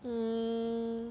mm